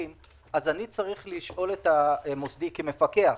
אני צריך לשאול את המוסדיים, כמפקח,